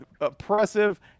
Oppressive